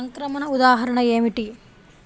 సంక్రమణ ఉదాహరణ ఏమిటి?